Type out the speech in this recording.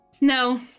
No